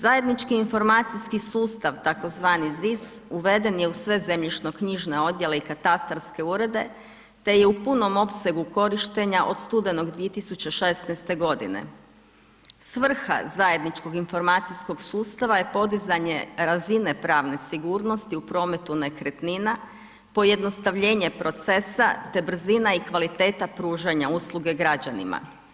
Zajednički informacijski sustav, tzv. ZIS uveden je u sve zemljišnoknjižne odjele i katastarske urede, te je u punom opsegu korištenja od studenoga 2016. g. Svrha zajedničkog informatičkog sustava je podizanje razine pravne sigurnosti u prometu nekretnina, pojednostavljenje procesa, te brzina i kvaliteta pružanje usluge građanima.